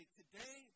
today